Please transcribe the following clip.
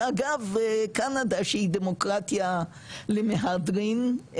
ואגב קנדה שהיא דמוקרטיה למהדרין,